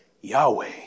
Yahweh